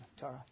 Tara